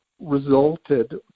resulted